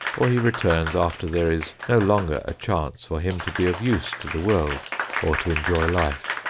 or he returns after there is no longer a chance for him to be of use to the world or to enjoy life.